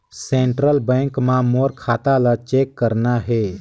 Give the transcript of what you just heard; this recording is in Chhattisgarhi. सेंट्रल बैंक मां मोर खाता ला चेक करना हे?